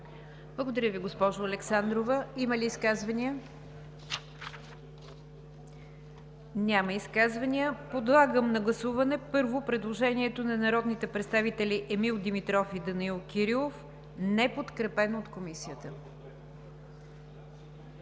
Благодаря Ви, госпожо Александрова. Има ли изказвания? Няма. Подлагам на гласуване, първо, предложението на народните представители Емил Димитров и Данаил Кирилов, неподкрепено от Комисията.